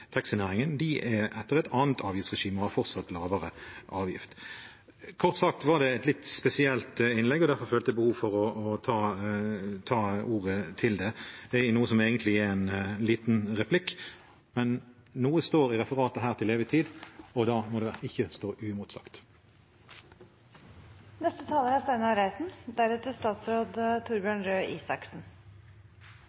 taxinæringen – følger et annet avgiftsregime og har fortsatt lavere avgift. Kort sagt var det et litt spesielt innlegg, og derfor følte jeg behov for å ta ordet til det, i noe som egentlig er en liten replikk. Men noe står i referatet her til evig tid, og da må det ikke stå